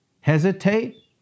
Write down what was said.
Hesitate